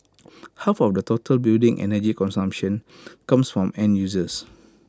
half of the total building energy consumption comes from end users